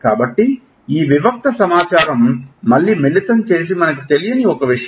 కాబట్టి ఈ వివిక్త సమాచారం మళ్ళీ మిళితం చేసి మనకు తెలియని ఒక విషయం